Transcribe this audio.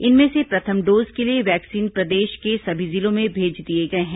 इनमें से प्रथम डोज के लिए वैक्सीन प्रदेश के सभी जिलों में भेज दिए गए हैं